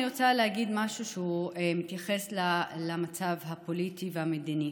אני רוצה להגיד משהו שמתייחס למצב הפוליטי והמדיני.